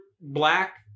black